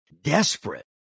desperate